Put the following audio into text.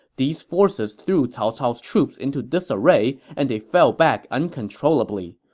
these forces threw cao cao's troops into disarray and they fell back uncontrollably.